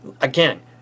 again